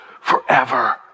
forever